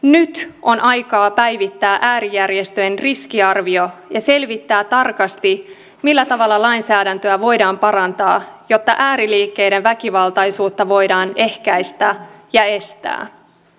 nyt on aika päivittää äärijärjestöjen riskiarvio ja selvittää tarkasti millä tavalla lainsäädäntöä voidaan parantaa jotta ääriliikkeiden väkivaltaisuutta voidaan ehkäistä ja estää